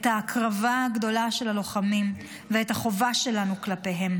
את ההקרבה הגדולה של הלוחמים ואת החובה שלנו כלפיהם.